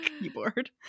keyboard